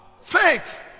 faith